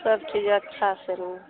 सबचीज अच्छासँ होइ हइ